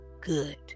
Good